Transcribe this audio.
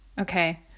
Okay